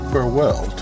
Farewell